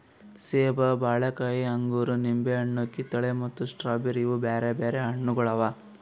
ಸೇಬ, ಬಾಳೆಕಾಯಿ, ಅಂಗೂರ, ನಿಂಬೆ ಹಣ್ಣು, ಕಿತ್ತಳೆ ಮತ್ತ ಸ್ಟ್ರಾಬೇರಿ ಇವು ಬ್ಯಾರೆ ಬ್ಯಾರೆ ಹಣ್ಣುಗೊಳ್ ಅವಾ